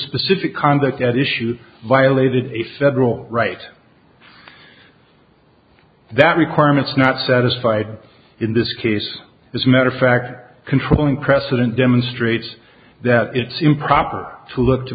specific conduct at issue violated a federal right that requirements not satisfied in this case is matter of fact controlling precedent demonstrates that it's improper to look to